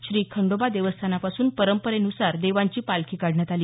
श्री खंडोबा देवस्थानापासून परंपरेनुसार देवांची पालखी काढण्यात आली